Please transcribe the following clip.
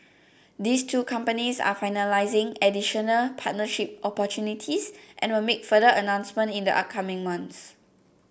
these two companies are finalising additional partnership opportunities and will make further announcements in the upcoming months